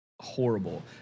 horrible